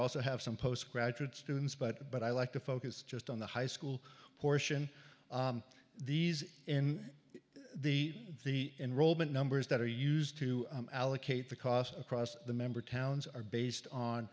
also have some postgraduate students but i like to focus just on the high school portion these in the enrollment numbers that are used to allocate the cost across the member towns are based on